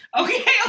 Okay